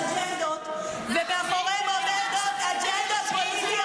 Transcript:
לכל העמותות שמובילות אג'נדות ומאחוריהן עומדות אג'נדות פוליטיות,